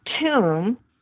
tomb